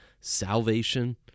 salvation